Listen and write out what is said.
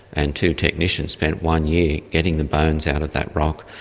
and two technicians spent one year getting the bones out of that rock,